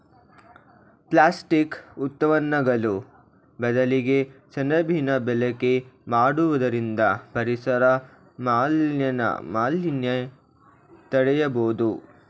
plastic ಉತ್ಪನ್ನಗಳು ಬದಲಿಗೆ ಸೆಣಬಿನ ಬಳಕೆ ಮಾಡುವುದರಿಂದ ಪರಿಸರ ಮಾಲಿನ್ಯ ತಡೆಯಬೋದು